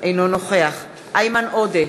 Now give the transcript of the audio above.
אינו נוכח איימן עודה,